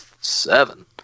seven